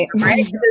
right